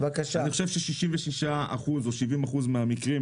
אני חושב ש-66% או 70% מהמקרים,